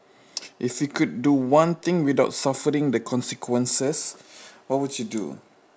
if you could do one thing without suffering the consequences what would you do